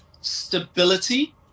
stability